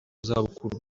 zabukuru